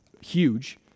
huge